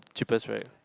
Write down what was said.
cheapest right